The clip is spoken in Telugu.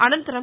అనంతరం